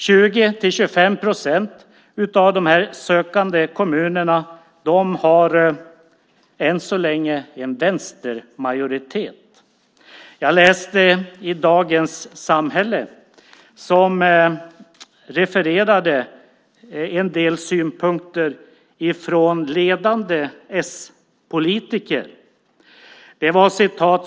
20-25 procent av de sökande kommunerna har än så länge en vänstermajoritet. Jag läste i Dagens Samhälle som refererade en del synpunkter ifrån ledande s-politiker.